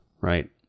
Right